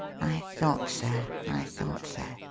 thought so, i thought so.